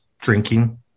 drinking